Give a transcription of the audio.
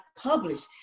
published